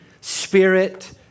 spirit